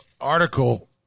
article